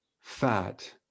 fat